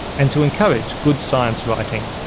and to encourage good science writing,